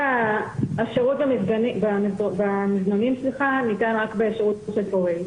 השירות במזנונים ניתן רק בשירות זכוכית סגורים,